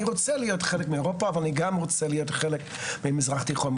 אני רוצה להיות חלק מאירופה אבל אני גם רוצה להיות חלק מהמזרח התיכון.